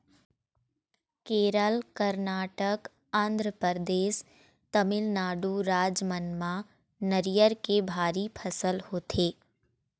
केरल, करनाटक, आंध्रपरदेस, तमिलनाडु राज मन म नरियर के भारी फसल होथे